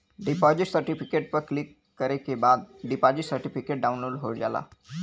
deposit certificate पर click करे के बाद डिपॉजिट सर्टिफिकेट डाउनलोड हो जाला